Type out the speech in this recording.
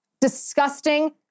Disgusting